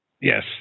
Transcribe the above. Yes